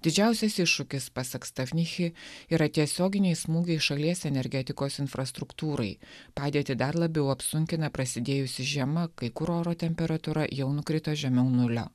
didžiausias iššūkis pasak stavnichi yra tiesioginiai smūgiai šalies energetikos infrastruktūrai padėtį dar labiau apsunkina prasidėjusi žiema kai kur oro temperatūra jau nukrito žemiau nulio